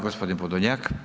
Gospodin Podolnjak.